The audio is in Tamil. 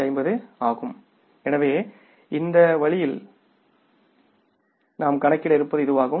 44850 எனவே இந்த வழியில் நாம் கணக்கிட்ட இருப்பு இதுவாகும்